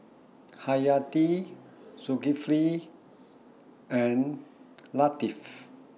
Hayati Zulkifli and Latif